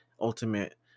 ultimate